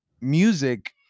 music